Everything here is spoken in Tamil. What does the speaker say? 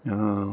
ஆ